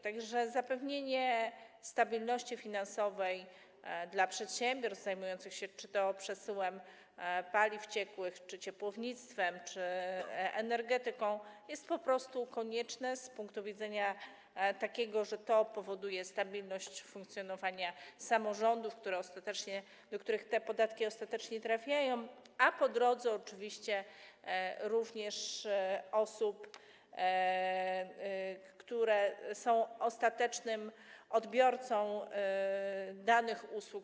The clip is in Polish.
Tak że zapewnienie stabilności finansowej przedsiębiorstw zajmujących się czy to przesyłem paliw ciekłych, czy to ciepłownictwem, czy to energetyką jest po prostu konieczne z takiego punktu widzenia, że to powoduje stabilność funkcjonowania samorządów, do których te podatki ostatecznie trafiają, a po drodze oczywiście również osób, które są ostatecznymi odbiorcami danych usług.